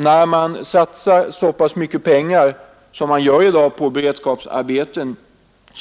När man satsar så pass mycket pengar som man gör i dag på beredskapsarbeten